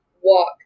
walk